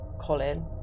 Colin